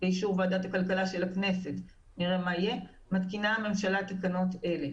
לאישור ועדת הכלכלה של הכנסת - מתקינה הממשלה תקנות אלה: